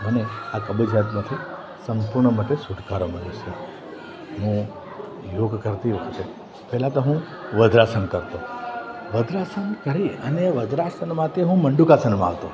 મને આ કબજિયાતમાંથી સંપૂર્ણ માટે છુટકારો મળે છે હું યોગ કરતી વખતે પહેલાં તો હું વજ્રાસન કરતો વજ્રાસન કરી અને વજ્રાસનમાંથી હું મંડુકાસનમાં આવતો